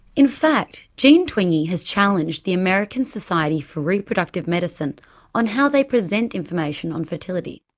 in fact, jean twenge has challenged the american society for reproductive medicine on how they present information on fertility.